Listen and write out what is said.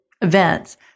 events